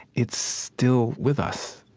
it's still with us.